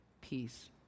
peace